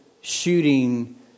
shooting